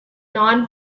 non